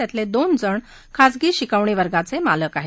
त्यातले दोन जण हे खाजगी शिकवणी वर्गाचे मालक आहेत